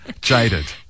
Jaded